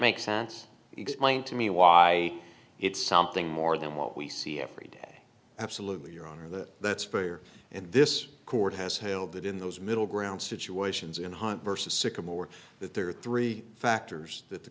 makes sense explain to me why it's something more than what we see every day absolutely your honor that that's fair and this court has held that in those middle ground situations in hunt versus sycamore that there are three factors that the